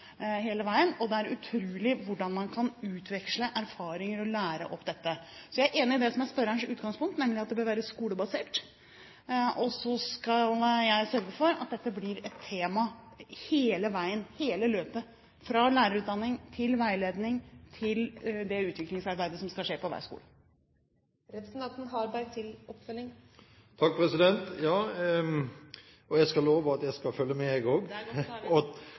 veien. Det er utrolig hvordan man kan utveksle erfaringer og lære om dette. Så jeg er enig i det som er spørrerens utgangspunkt, nemlig at det bør være skolebasert. Og så skal jeg sørge for at dette blir et tema hele veien – hele løpet – fra lærerutdanning, til veiledning, til det utviklingsarbeidet som skal skje på hver skole. Jeg kan love at jeg også skal følge med og trykke på. Og så var jeg ikke så overrasket over at jeg